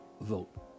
vote